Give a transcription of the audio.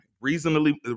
reasonably